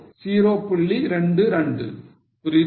22 புரியுதா